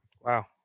Wow